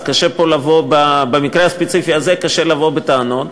אז במקרה הספציפי הזה קשה לבוא בטענות.